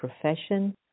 profession